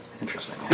Interesting